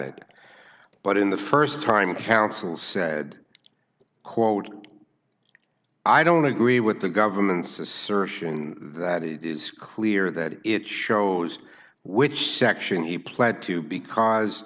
it but in the st time counsel said quote i don't agree with the government's assertion that it is clear that it shows which section he pled to because